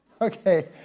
Okay